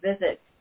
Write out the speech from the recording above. visit